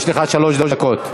יש לך שלוש דקות.